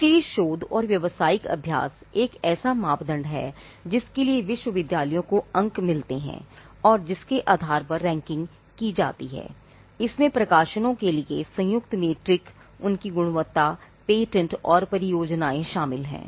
इसलिए शोध और व्यावसायिक अभ्यास एक ऐसा मापदंड है जिसके लिए विश्वविद्यालयों को अंक मिलते हैं और जिसके आधार पर रैंकिंग उनकी गुणवत्ता पेटेंट और परियोजनाएं शामिल हैं